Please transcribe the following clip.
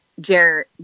Jerry